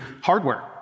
hardware